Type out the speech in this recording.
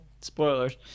Spoilers